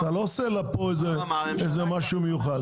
אתה לא עושה לה פה איזה משהו מיוחד.